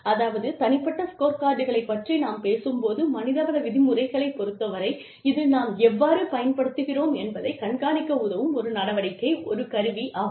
அதாவது தனிப்பட்ட ஸ்கோர் கார்டுகளைப் பற்றி நாம் பேசும்போது மனிதவள விதிமுறைகளைப் பொறுத்தவரை இது நாம் எவ்வாறு பயன்படுத்துகிறோம் என்பதைக் கண்காணிக்க உதவும் ஒரு நடவடிக்கை ஒரு கருவி ஆகும்